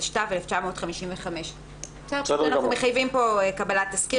התשט"ו 1955.". אנחנו מחייבים פה קבלת תסקיר